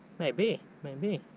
maybe, maybe.